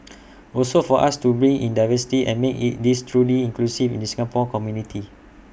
also for us to bring in the diversity and make IT this truly inclusive in the Singapore community